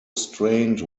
strained